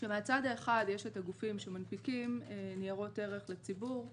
שמהצד האחד יש הגופים שמנפיקים ניירות ערך לציבור,